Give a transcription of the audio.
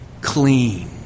clean